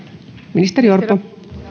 ministeri orpo